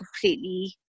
completely